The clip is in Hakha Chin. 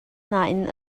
nain